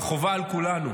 אבל חובה על כולנו